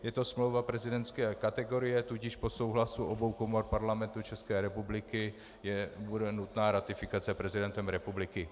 Je to smlouva prezidentské kategorie, tudíž po souhlasu obou komor Parlamentu České republiky bude nutná ratifikace prezidentem republiky.